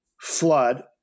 flood